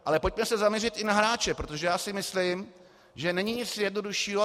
Ale pojďme se zaměřit i na hráče, protože já si myslím, že není nic jednoduššího.